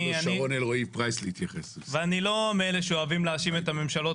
אני לא מאלה שאוהבים להאשים את הממשלות